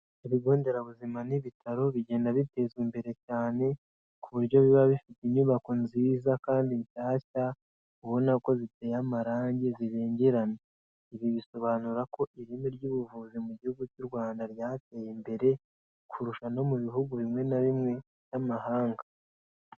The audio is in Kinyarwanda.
Ibigo nderabuzima n'ibitaro bigenda bitezwa imbere cyane ku buryo biba bifite inyubako nziza kandi nshyashya ubona ko ziteye amarange zibengerana. Ibi bisobanura ko ireme ry'ubuvuzi mu gihugu cy'u Rwanda ryateye imbere kurusha no mu bihugu bimwe na bimwe by'amahanga.